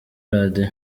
radiyo